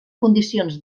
condicions